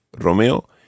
Romeo